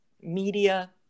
media